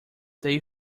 they